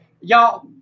Y'all